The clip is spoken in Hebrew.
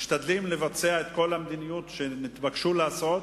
משתדלים לבצע את כל המדיניות שנתבקשו לעשות,